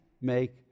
make